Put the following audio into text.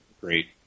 great